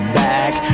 back